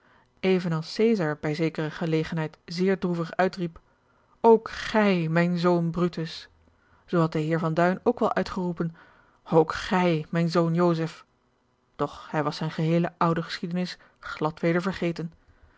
bij zekere gelegenheid zeer droevig uitriep ook gij mijn zoon brutus zoo had de heer van duin ook wel uitgeroepen ook gij mijn zoon joseph doch hij was zijne geheele oude geschiedenis glad weder vergeten